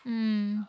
mm